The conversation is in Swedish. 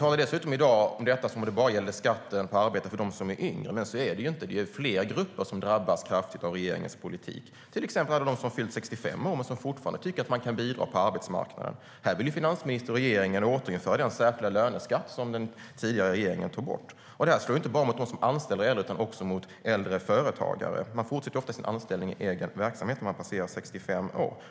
Dessutom talar vi i dag om detta som om det bara gällde skatten på arbete för dem som är yngre, men så är det inte. Det är fler grupper som drabbas kraftigt av regeringens politik, till exempel alla som fyllt 65 år och tycker att de fortfarande kan bidra på arbetsmarknaden. Här vill finansministern och regeringen återinföra den särskilda löneskatt som den tidigare regeringen tog bort. Det slår inte bara mot dem som är anställda utan också mot äldre företagare. Man fortsätter ofta sin anställning i egen verksamhet när man passerat 65 år.